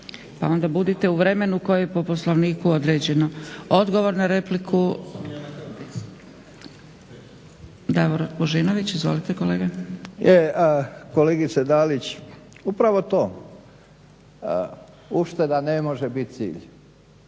pa onda budite u vremenu koji po poslovniku određeno. Odgovor na repliku Davor Božinović, izvolite kolega. **Božinović, Davor (HDZ)** Je, kolegice Dalić, upravo to. Ušteda ne može biti i